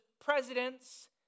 presidents